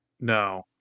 No